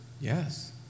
yes